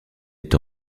est